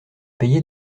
payé